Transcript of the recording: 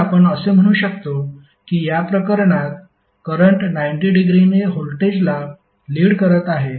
तर आपण असे म्हणू शकतो की या प्रकरणात करंट 90 डिग्रीने व्होल्टेजला लीड करत आहे